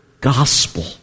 gospel